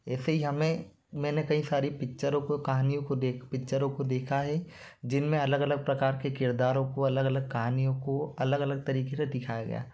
ऐसे ही हमें मैंने कहीं सारी पिक्चरों को कहानियों को देख पिक्चरों को देखा है जिनमें अलग अलग प्रकार के किरदारों को अलग अलग कहानियों को अलग अलग तरीके से दिखाया गया